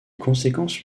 conséquences